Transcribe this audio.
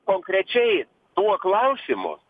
konkrečiai tuo klausimu